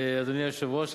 אדוני היושב-ראש,